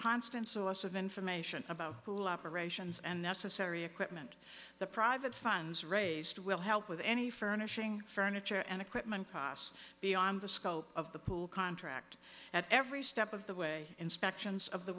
constant source of information about who will operations and necessary equipment the private funds raised will help with any furnishing furniture and equipment costs beyond the scope of the pool contract at every step of the way inspections of the